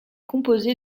composé